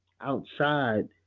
outside